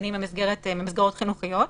בקטינים במסגרות חינוכיות